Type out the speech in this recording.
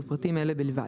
ופרטים אלה בלבד,